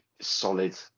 solid